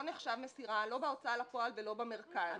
לא נחשב מסירה לא בהוצאה לפועל ולא במרכז.